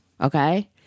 Okay